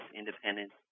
independent